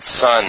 son